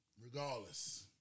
regardless